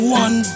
one